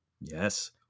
Yes